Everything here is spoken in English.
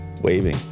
Waving